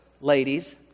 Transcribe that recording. ladies